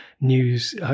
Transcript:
news